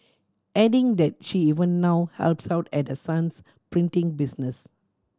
adding that she even now helps out at her son's printing business